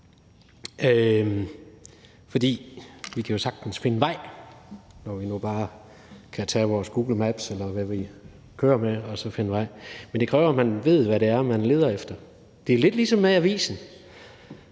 for vi kan jo sagtens finde vej, når vi nu bare kan tage vores Google Maps, eller hvad vi ellers bruger, og så finde vej, men det kræver jo, at man ved, hvad det er, man leder efter. Det er lidt ligesom med avisen: